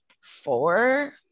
four